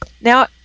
Now